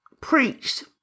preached